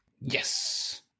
Yes